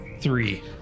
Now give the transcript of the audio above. Three